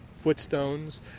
footstones